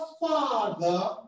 Father